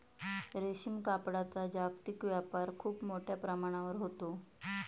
रेशीम कापडाचा जागतिक व्यापार खूप मोठ्या प्रमाणावर होतो